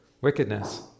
wickedness